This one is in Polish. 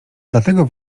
dlatego